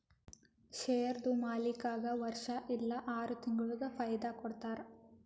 ಶೇರ್ದು ಮಾಲೀಕ್ಗಾ ವರ್ಷಾ ಇಲ್ಲಾ ಆರ ತಿಂಗುಳಿಗ ಫೈದಾ ಕೊಡ್ತಾರ್